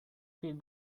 feed